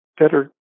better